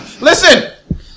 Listen